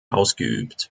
ausgeübt